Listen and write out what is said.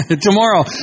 Tomorrow